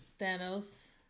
Thanos